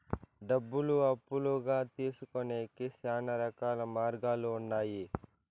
డబ్బులు అప్పుగా తీసుకొనేకి శ్యానా రకాల మార్గాలు ఉన్నాయి